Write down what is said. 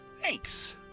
Thanks